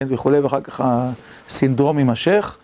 וכולי, ואחר כך הסינדרום יימשך.